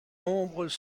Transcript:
ombres